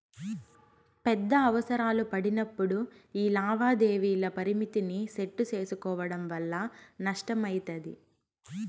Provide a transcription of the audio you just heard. పెద్ద అవసరాలు పడినప్పుడు యీ లావాదేవీల పరిమితిని సెట్టు సేసుకోవడం వల్ల నష్టమయితది